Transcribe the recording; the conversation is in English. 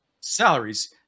salaries